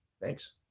Thanks